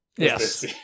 Yes